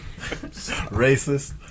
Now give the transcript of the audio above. Racist